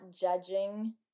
judging